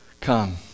come